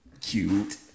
cute